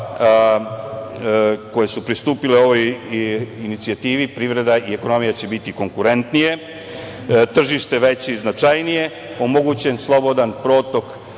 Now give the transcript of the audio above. koje su pristupile ovoj inicijativi, biti konkurentnije, tržište veće i značajnije, omogućen slobodan protok